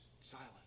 silent